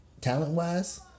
talent-wise